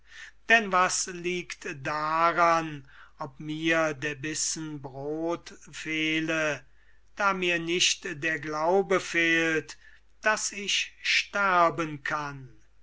denn was liegt daran ob mir der bissen brod fehle da mir nicht fehlt daß ich sterben kann